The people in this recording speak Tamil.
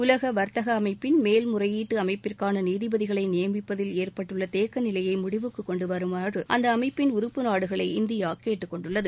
உலக வாத்தக அமைப்பின் மேல் முறையீட்டு அமைப்பிற்கான நீதிபதிகளை நியமிப்பதில் ஏற்பட்டுள்ள தேக்க நிலையை முடிவுக்கு கொண்டுவருமாறு அந்த அமைப்பின் உறுப்பு நாடுகளை இந்தியா கேட்டுக்கொண்டுள்ளது